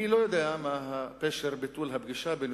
אני לא יודע מה פשר ביטול הפגישה בין